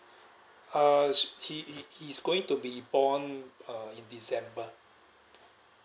uh he he he is going to be born uh in december